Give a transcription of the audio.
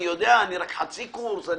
אני רק חצי קורס,